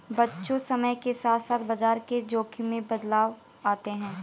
बच्चों समय के साथ साथ बाजार के जोख़िम में बदलाव आते हैं